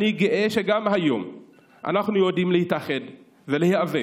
אני גאה בכך שגם היום אנחנו יודעים להתאחד ולהיאבק